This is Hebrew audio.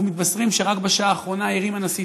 אנחנו מתבשרים שרק בשעה האחרונה הרים הנשיא